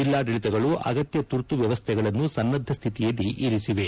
ಜಿಲ್ಲಾಡಳಿತಗಳು ಅಗತ್ಯ ತುರ್ತು ವ್ಯವಸ್ಥೆಗಳನ್ನು ಸನ್ನದ್ದ ಸ್ಥಿತಿಯಲ್ಲಿ ಇರಿಸಿವೆ